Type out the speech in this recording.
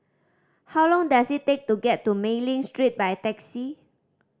how long does it take to get to Mei Ling Street by taxi